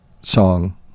song